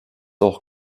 auch